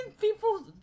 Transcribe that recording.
people